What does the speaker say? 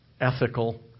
ethical